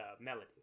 melody